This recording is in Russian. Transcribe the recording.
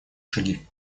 шаги